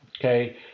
okay